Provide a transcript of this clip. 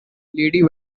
lady